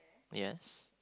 yes